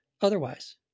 otherwise